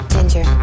Ginger